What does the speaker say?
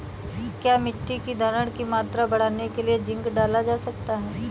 क्या मिट्टी की धरण की मात्रा बढ़ाने के लिए जिंक डाल सकता हूँ?